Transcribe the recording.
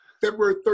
February